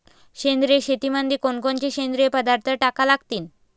सेंद्रिय शेतीमंदी कोनकोनचे सेंद्रिय पदार्थ टाका लागतीन?